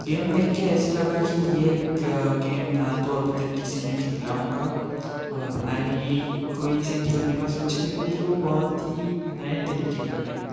game देख कर ऐसे लगा कि ये क गेम न तो अभी तक किसी ने खेला होगा और न ही कोई इसे खेलने का सोचेगा क्योंकि वो बहुत ही नये तरीके का गेम था